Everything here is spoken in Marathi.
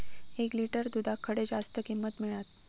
एक लिटर दूधाक खडे जास्त किंमत मिळात?